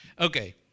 Okay